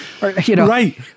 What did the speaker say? Right